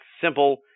simple